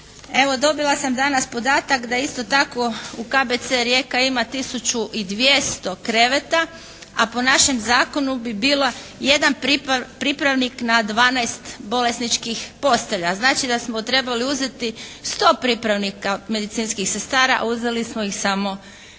dobila sam danas podatak da isto tako u KBC Rijeka ima 1200 kreveta, a po našem zakonu bi bila jedan pripravnik na 12 bolesničkih postelja. Znači, da smo trebali uzeti 100 pripravnika medicinskih sestara, a uzeli smo ih samo 30.